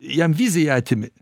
jam viziją atimi